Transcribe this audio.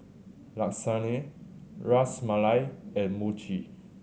Lasagne Ras Malai and Mochi